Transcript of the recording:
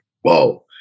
whoa